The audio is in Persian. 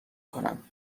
کنم